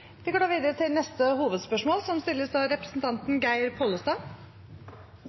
Vi går videre til neste hovedspørsmål.